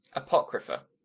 apocrypha